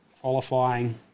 qualifying